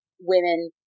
women